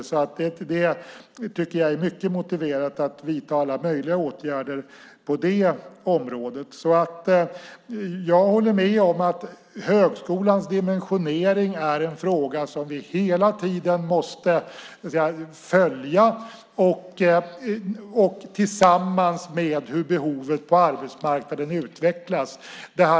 Jag tycker alltså att det är mycket motiverat att vidta alla möjliga åtgärder på det området. Jag håller med om att högskolans dimensionering är en fråga som vi hela tiden måste följa tillsammans med hur behovet på arbetsmarknaden utvecklas.